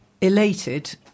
elated